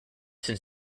since